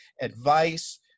advice